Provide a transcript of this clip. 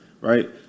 right